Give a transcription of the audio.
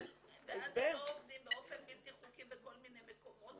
ואז הם לא עובדים באופן בלתי חוקי בכל מיני מקומות.